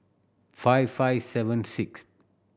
five five seven sixth